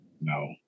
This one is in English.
No